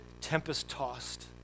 tempest-tossed